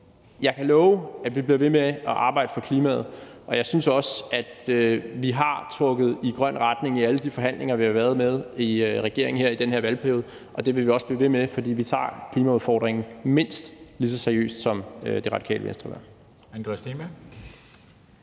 jeg kan love, at vi bliver ved med at arbejde for klimaet. Jeg synes også, at vi har trukket i grøn retning i alle de forhandlinger, vi har været med i sammen med regeringen i den her valgperiode, og det vil vi også blive ved med, fordi vi tager klimaudfordringen mindst lige så seriøst, som Radikale Venstre gør. Kl.